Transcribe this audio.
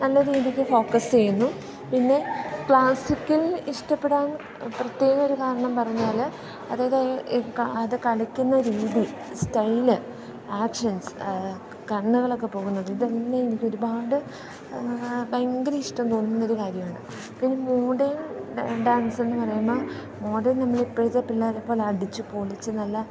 നല്ല രീതിക്ക് ഫോക്കസ്സ് ചെയ്യുന്നു പിന്നെ ക്ലാസിക്കൽ ഇഷ്ടപ്പെടാൻ പ്രത്യേകം ഒരു കാരണം പറഞ്ഞാൽ അതായത് അത് കളിക്കുന്ന രീതി സ്റ്റൈല് ആക്ഷൻസ് കണ്ണുകളൊക്കെ പോകുന്നത് ഇതെല്ലാം എനിക്ക് ഒരുപാട് ഭയങ്കര ഇഷ്ടം തോന്നുന്ന ഒരു കാര്യമാണ് പിന്നെ മോഡേൺ ഡാൻസ് എന്ന് പറയുമ്പോൾ മോഡേൺ നമ്മൾ ഇപ്പോഴത്തെ പിള്ളേരെപ്പോലെ അടിച്ച് പൊളിച്ച് നല്ല